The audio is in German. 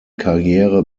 karriere